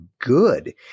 good